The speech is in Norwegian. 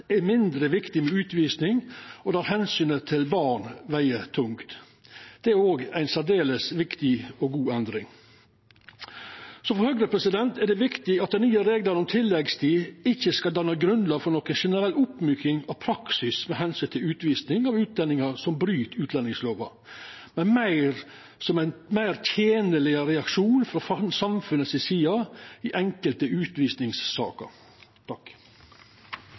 er mindre viktig med utvising, og der omsynet til barn veg tungt. Det er òg ei særdeles viktig og god endring. For Høgre er det viktig at dei nye reglane om tilleggstid ikkje skal danna grunnlag for noko generell oppmyking av praksisen med omsyn til utvising av utlendingar som bryt utlendingslova, men gje ein meir tenleg reaksjon frå samfunnet si side i enkelte